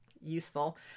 useful